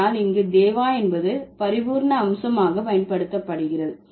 ஆனால் இங்கு தேவா என்பது பரிபூரண அம்சமாக பயன்படுத்தப்படுகிறது